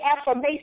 affirmation